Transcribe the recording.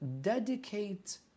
dedicate